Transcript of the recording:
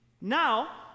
Now